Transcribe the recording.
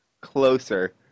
closer